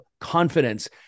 confidence